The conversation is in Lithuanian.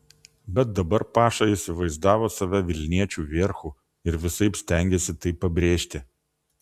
bet dabar paša įsivaizdavo save vilniečių vierchu ir visaip stengėsi tai pabrėžti